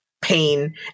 pain